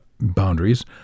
boundaries